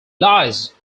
lies